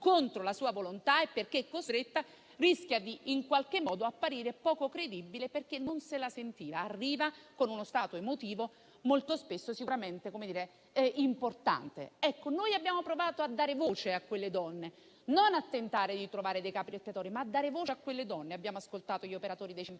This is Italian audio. contro la sua volontà, perché costretta, rischia in qualche modo di apparire poco credibile, perché non se la sentiva. Arriva con uno stato emotivo molto spesso sicuramente importante. Noi abbiamo provato a dare voce a quelle donne; non a trovare dei capri espiatori, ma a dare voce a quelle donne. Abbiamo ascoltato gli operatori dei centri